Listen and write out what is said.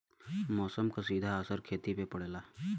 मौसम क सीधा असर खेती पे पड़ेला